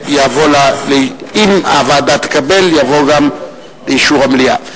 אם הוועדה תקבל זה יבוא גם לאישור המליאה.